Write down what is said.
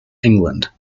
england